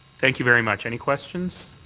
thank you very much. any questions?